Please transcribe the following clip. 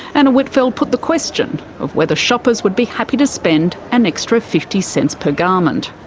anna whitfeld put the question of whether shoppers would be happy to spend an extra fifty cents per garment.